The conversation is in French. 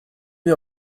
mit